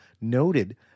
noted